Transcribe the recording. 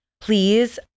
please